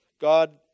God